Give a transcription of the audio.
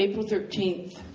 thirteenth,